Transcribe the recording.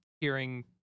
hearing